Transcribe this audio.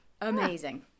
Amazing